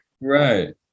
right